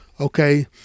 Okay